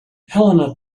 helena